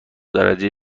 درجه